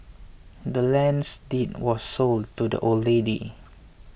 the land's deed were sold to the old lady